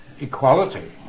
Equality